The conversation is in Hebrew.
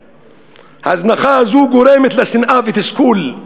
ההזנחה הזאת גורמת לשנאה ותסכול,